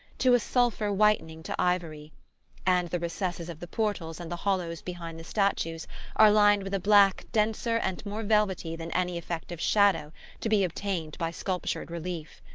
to a sulphur whitening to ivory and the recesses of the portals and the hollows behind the statues are lined with a black denser and more velvety than any effect of shadow to be obtained by sculptured relief.